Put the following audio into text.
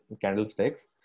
candlesticks